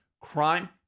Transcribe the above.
crime